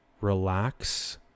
relax